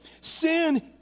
sin